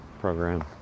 program